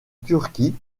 turquie